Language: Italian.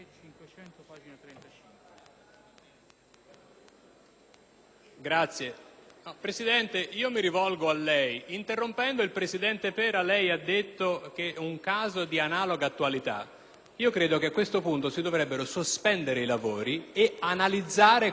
Presidente, lei, interrompendo il presidente Pera, ha parlato di caso di analoga attualità. Credo che a questo punto si dovrebbero sospendere i lavori e analizzare quale sia questa analoga attualità,